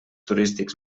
turístics